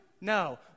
No